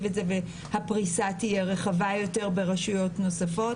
את זה כך שהפריסה תהיה רחבה יותר ברשויות נוספות.